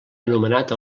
anomenat